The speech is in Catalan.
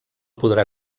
podrà